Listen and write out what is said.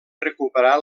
recuperar